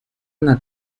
una